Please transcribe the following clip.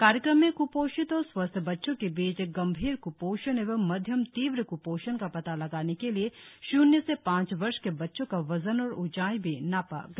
कार्यक्रम में कपोषित और स्वस्थ बच्चों के बीच गंभीर क्पोषण एवं मध्यम तीव्र क्पोषण का पता लगाने के लिए श्र्न्य से पांच वर्ष के बच्चों का वजन और ऊचाई भी नापा गया